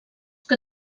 que